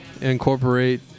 incorporate